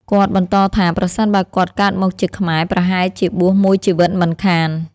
គាត់បន្តថាប្រសិនបើគាត់កើតមកជាខ្មែរ ប្រហែលជាបួសមួយជីវិតមិនខាន។